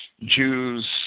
Jews